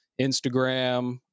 Instagram